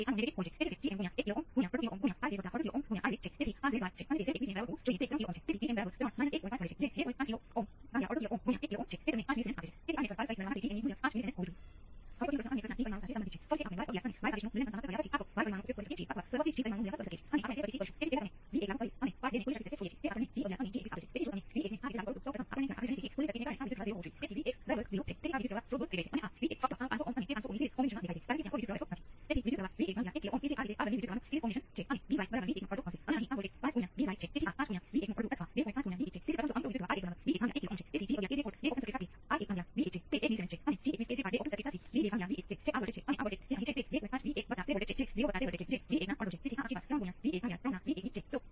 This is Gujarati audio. તેથી સામાન્ય રીતે તમે t ની કેટલીક યોગ્ય કિંમતને બદલીને તેને શોધી શકશો કે જેના માટે તમે પહેલાથી જ ઉકેલ જાણો છો અને આ કિસ્સામાં તમે જાણો છો કે t 0 નો ઉકેલ 5 વોલ્ટ થી શરૂ થાય છે અને તે 5 વોલ્ટ ઘાતાંકીય t ભાંગ્યા Rc ને શોધે છે અને આ t નો Vc છે